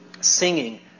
singing